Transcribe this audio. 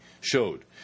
showed